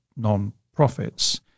nonprofits